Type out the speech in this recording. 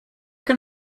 can